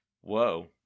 Whoa